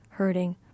Hurting